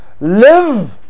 Live